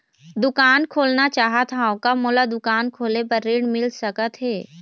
दुकान खोलना चाहत हाव, का मोला दुकान खोले बर ऋण मिल सकत हे?